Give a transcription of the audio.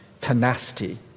tenacity